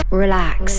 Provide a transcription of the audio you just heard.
relax